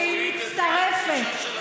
מצטרפת,